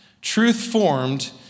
Truth-formed